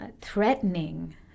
threatening